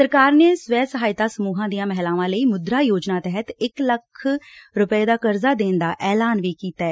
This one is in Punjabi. ਸਰਕਾਰ ਨੇ ਸਵੈ ਸਹਾਇਤਾ ਸਮੂਹਾਂ ਦੀਆਂ ਮਹਿਲਾਵਾਂ ਲਈ ਮੁੱਦਰਾ ਯੋਜਨਾਂ ਤਹਿਤ ਇਕ ਲੱਖ ਦਾ ਕਰਜ਼ ਦੇਣ ਦਾ ਐਲਾਨ ਵੀ ਕੀਤੈ